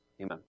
Amen